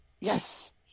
yes